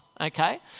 okay